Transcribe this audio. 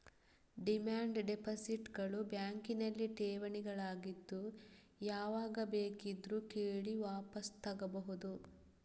demand deposit ಗಳು ಬ್ಯಾಂಕಿನಲ್ಲಿ ಠೇವಣಿಗಳಾಗಿದ್ದು ಯಾವಾಗ ಬೇಕಿದ್ರೂ ಕೇಳಿ ವಾಪಸು ತಗೋಬಹುದು